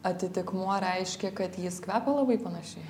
atitikmuo reiškia kad jis kvepia labai panašiai